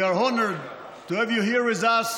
We are honored to have you here with us